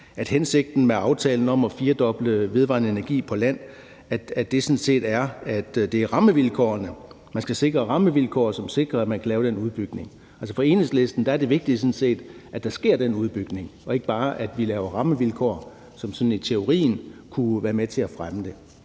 at hensigten med aftalen om at firedoble andelen af den vedvarende energi på land er, at man skal sikre rammevilkår, som sikrer, at man kan lave den udbygning. Altså, for Enhedslisten er det vigtige sådan set, at der sker den udvikling, og ikke bare det, at vi laver rammevilkår, som sådan i teorien kunne være med til at fremme det.